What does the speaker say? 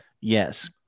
Yes